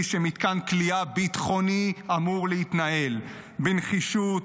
שמתקן כליאה ביטחוני אמור להתנהל: בנחישות,